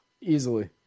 Easily